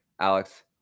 Alex